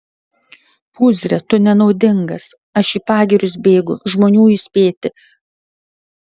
pūzre tu nenaudingas aš į pagirius bėgu žmonių įspėti